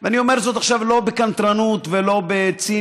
ואני אומר זאת עכשיו לא בקנטרנות ולא בציניות,